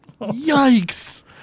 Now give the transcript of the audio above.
Yikes